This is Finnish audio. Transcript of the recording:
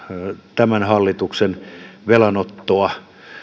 tämän hallituksen velanottoa